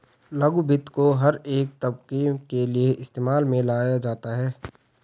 लघु वित्त को हर एक तबके के लिये इस्तेमाल में लाया जाता है